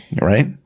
Right